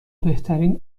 بهترین